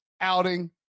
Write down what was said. outing